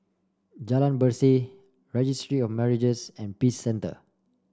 Jalan Berseh Registry of Marriages and Peace Centre